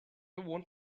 want